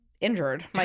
injured